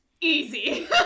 easy